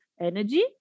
energy